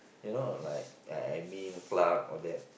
you know like uh admin clerk all that